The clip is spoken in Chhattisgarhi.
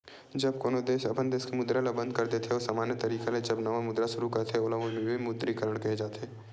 जब कोनो देस अपन देस के मुद्रा ल बंद कर देथे अउ समान्य तरिका ले जब नवा मुद्रा सुरू करथे ओला विमुद्रीकरन केहे जाथे